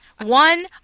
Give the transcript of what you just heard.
One